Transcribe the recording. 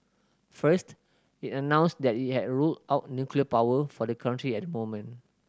first it announced that it had ruled out nuclear power for the country at the moment